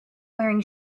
wearing